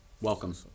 Welcome